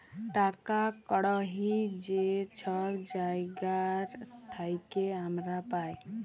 টাকা কড়হি যে ছব জায়গার থ্যাইকে আমরা পাই